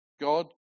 God